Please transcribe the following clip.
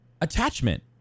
Attachment